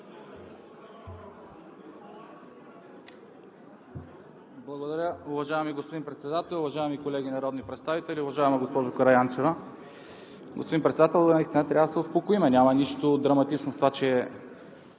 Благодаря, уважаеми господин Председател. Уважаеми колеги народни представители, уважаема госпожо Караянчева! Господин Председател, наистина трябва да се успокоим, няма нищо драматично в това, че